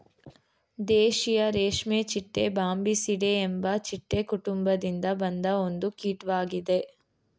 ದೇಶೀಯ ರೇಷ್ಮೆಚಿಟ್ಟೆ ಬಾಂಬಿಸಿಡೆ ಎಂಬ ಚಿಟ್ಟೆ ಕುಟುಂಬದಿಂದ ಬಂದ ಒಂದು ಕೀಟ್ವಾಗಿದೆ